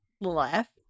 left